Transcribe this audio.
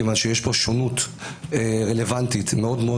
כיוון שיש פה שונות רלוונטית מאוד מאוד